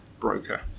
broker